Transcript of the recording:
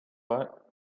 but